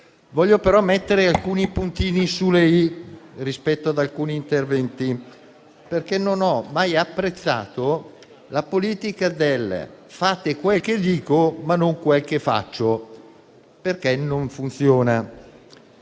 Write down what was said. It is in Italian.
Vorrei però mettere i puntini sulle "i" rispetto ad alcuni interventi, perché non ho mai apprezzato la politica del "fate quel che dico, ma non quel che faccio", che non funziona.